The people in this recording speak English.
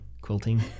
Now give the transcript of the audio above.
Quilting